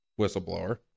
whistleblower